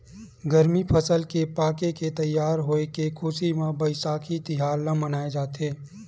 गरमी फसल के पाके के तइयार होए के खुसी म बइसाखी तिहार ल मनाए जाथे